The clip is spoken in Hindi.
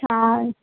हाँ